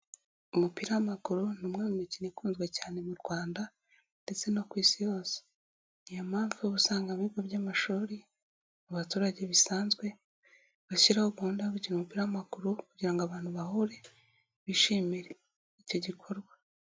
Umupira w'amaguru ni umwe mu mikino ikunzwe cyane mu Rwanda ndetse no ku isi yose. Ni iyo mpamvu uba usanga mu bigo by'amashuri, mu baturage bisanzwe, bashyiraho gahunda yo gukina umupira w'amaguru kugira ngo abantu bahore bishimire icyo gikorwa.